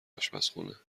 آشپزخونه